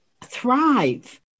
thrive